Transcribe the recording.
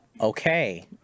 Okay